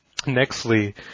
Nextly